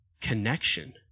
connection